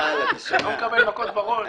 יש לי המון מה לומר.